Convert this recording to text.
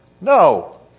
No